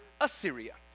Assyria